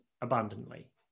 abundantly